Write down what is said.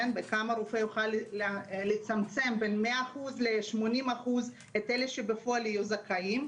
בכמה רופא יכול לצמצם בין 100% ל-80% את אלה שבפועל יהיו זכאים.